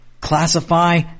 classify